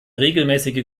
regelmäßige